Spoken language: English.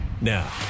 Now